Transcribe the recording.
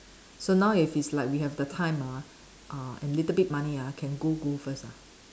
so now if it's like we have the time ah uh and little bit money ah can go go first ah